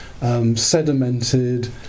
sedimented